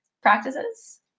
practices